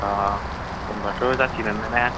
अ होमब्लाथ' जासिगोनानो ना